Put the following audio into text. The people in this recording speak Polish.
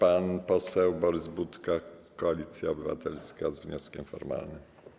Pan poseł Borys Budka, Koalicja Obywatelska, z wnioskiem formalnym.